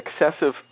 excessive